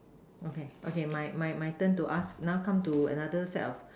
okay okay my my my turn to ask now come to another set of